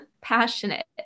passionate